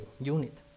unit